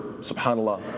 subhanAllah